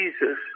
Jesus